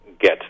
get